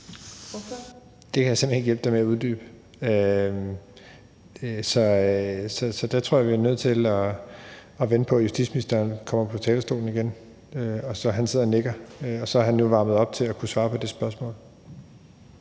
Det kan jeg simpelt hen ikke hjælpe dig med at uddybe, så der tror jeg, vi er nødt til at vente på, at justitsministeren kommer på talerstolen igen. Han sidder og nikker. Og så er han jo varmet op til at kunne svare på det spørgsmål.